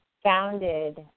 founded